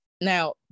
now